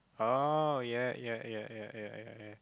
oh ya ya ya ya ya ya